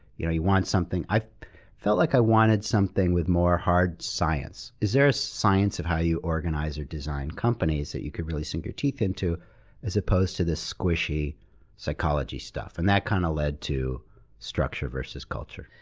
you know, you want something. i felt like i wanted something with more hard science. is there a science of how you organize or design companies that you can really sink your teeth into as opposed to this squishy psychology stuff? and that kind of led to structure versus culture.